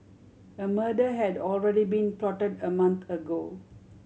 a murder had already been plotted a month ago